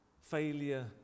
failure